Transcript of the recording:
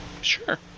Sure